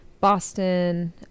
Boston